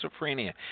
schizophrenia